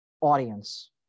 audience